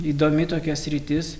įdomi tokia sritis